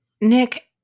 Nick